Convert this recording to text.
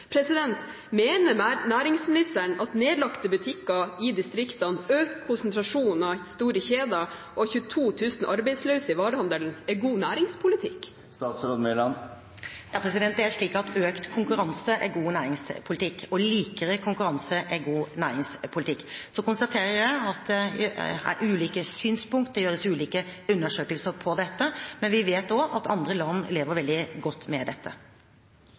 Mener næringsministeren at nedlagte butikker i distriktene, økt konsentrasjon av store kjeder og 22 000 arbeidsløse i varehandelen er god næringspolitikk? Økt konkurranse er god næringspolitikk, og likere konkurranse er god næringspolitikk. Så konstaterer jeg at det er ulike synspunkter – det gjøres ulike undersøkelser på dette – men vi vet også at andre land lever veldig godt med dette.